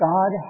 God